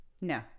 No